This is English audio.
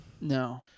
No